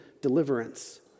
deliverance